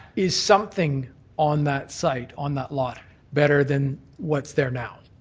is something on that site, on that lot better than what's there now?